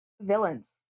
villains